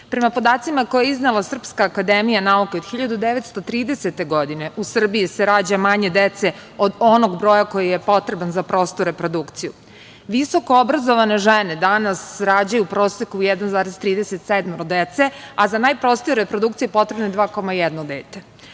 podacima koje je iznela SANU, od 1930. godine u Srbiji se rađa manje dece od onoga broja koji je potreban za prostu reprodukciju. Visoko obrazovane žene danas rađaju u proseku 1,37 dece, a za najprostiju reprodukciju je potrebno 2,1 dete. Po